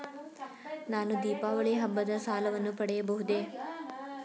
ನಾನು ದೀಪಾವಳಿ ಹಬ್ಬದ ಸಾಲವನ್ನು ಪಡೆಯಬಹುದೇ?